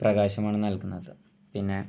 പ്രകാശമാണ് നൽകുന്നത് പിന്നെ